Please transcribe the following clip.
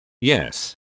Yes